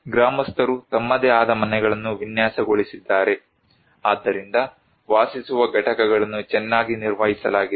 ಗ್ರಾಮಸ್ಥರು ತಮ್ಮದೇ ಆದ ಮನೆಗಳನ್ನು ವಿನ್ಯಾಸಗೊಳಿಸಿದ್ದಾರೆ ಆದ್ದರಿಂದ ವಾಸಿಸುವ ಘಟಕಗಳನ್ನು ಚೆನ್ನಾಗಿ ನಿರ್ವಹಿಸಲಾಗಿದೆ